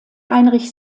heinrich